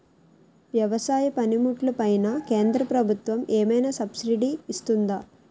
వ్యవసాయ పనిముట్లు పైన కేంద్రప్రభుత్వం ఏమైనా సబ్సిడీ ఇస్తుందా?